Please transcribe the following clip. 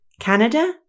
Canada